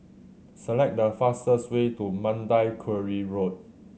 select the fastest way to Mandai Quarry Road